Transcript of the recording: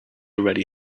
already